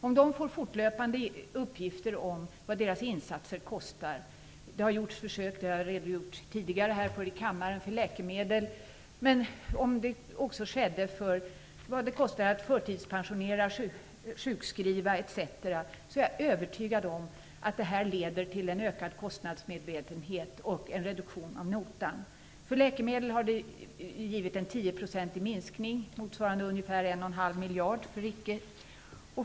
Om de får fortlöpande uppgifter om vad deras insatser i form av t.ex. förtidspensionering och sjukskrivning kostar - det har tidigare gjorts försök för läkemedel som också redovisats här i kammaren - är jag övertygad om att det skulle leda till en ökad kostnadsmedvetenhet och en reduktion av notan. För läkemedel har det givit en 10 procentig minskning, motsvarande ungefär en och en halv miljard.